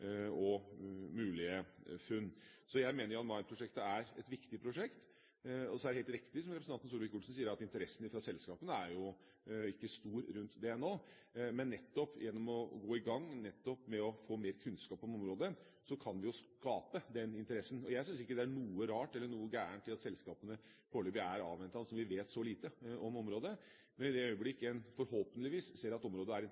og mulige funn. Så jeg mener at Jan Mayen-prosjektet er et viktig prosjekt. Det er helt riktig som representanten Solvik-Olsen sier, at interessen fra selskapene ikke er stor rundt dette nå, men nettopp ved å gå i gang, nettopp ved å få mer kunnskap om området kan vi skape den interessen. Jeg syns ikke det er noe rart eller noe galt i at selskapene foreløpig er avventende når vi vet så lite om området. Men i det øyeblikket en ser at området er